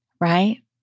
right